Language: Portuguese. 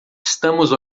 estamos